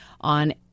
on